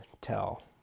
tell